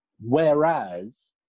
Whereas